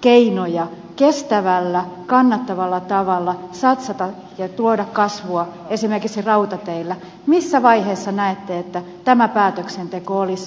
keinoja kestävällä kannattavalla tavalla satsata ja tuoda kasvua esimerkiksi rautateillä niin kysyisin missä vaiheessa näette että tämä päätöksenteko olisi